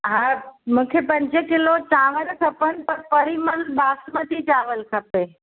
हा मूंखे पंज किलो चांवर खपनि पर परिमल बासमती चावल खपे